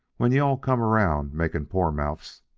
when you-all come around makin' poor mouths.